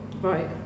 Right